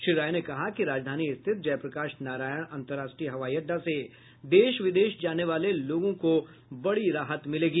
श्री राय ने कहा कि राजधानी स्थित जयप्रकाश नारायण अंतर्राष्ट्रीय हवाई अड़डा से देश विदेश जाने वाले लोगों को बड़ी राहत मिलेगी